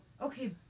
Okay